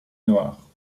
noir